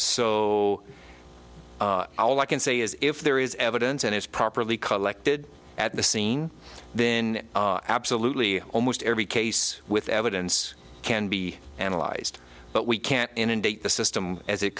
so all i can say is if there is evidence and it's properly collected at the scene when absolutely almost every case with evidence can be analyzed but we can't inundate the system as it